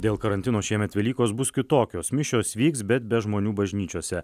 dėl karantino šiemet velykos bus kitokios mišios vyks bet be žmonių bažnyčiose